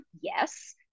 Yes